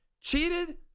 Cheated